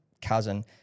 cousin